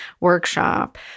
workshop